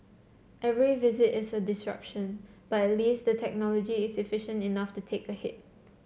every visit is a disruption but at least the technology is efficient enough to take the hit